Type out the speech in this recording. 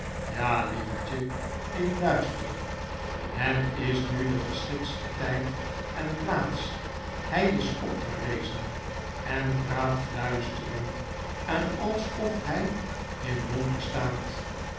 ja lievertje ik luister het is nu de geschiktste tijd en plaats hy is opgerezen en praat fluisterend en alsof hy in donker staat